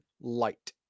light